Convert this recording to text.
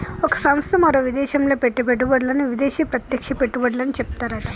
ఒక సంస్థ మరో విదేశంలో పెట్టే పెట్టుబడులను విదేశీ ప్రత్యక్ష పెట్టుబడులని చెప్తారట